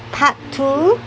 part two